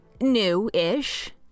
new-ish